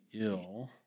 ill